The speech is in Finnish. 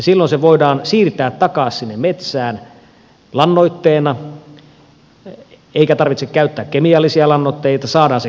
silloin se voidaan siirtää takaisin sinne metsään lannoitteena eikä tarvitse käyttää kemiallisia lannoitteita saadaan se kiertoon